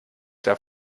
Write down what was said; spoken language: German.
der